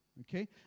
Okay